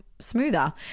smoother